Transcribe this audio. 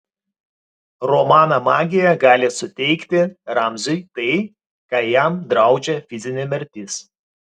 romano magija gali suteikti ramziui tai ką jam draudžia fizinė mirtis